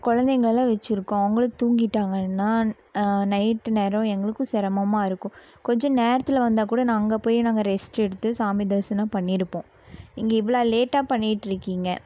குழந்தைங்களெல்லாம் வெச்சுருக்கோம் அவங்களும் தூங்கிட்டாங்கனால் நைட்டு நேரம் எங்களுக்கும் சிரமமா இருக்கும் கொஞ்சம் நேரத்தில் வந்தால் கூடனா அங்கே போய் நாங்கள் ரெஸ்ட் எடுத்து சாமி தரிசனம் பண்ணியிருப்போம் நீங்கள் இவ்வளோ லேட்டாக பண்ணிட்டிருக்கீங்க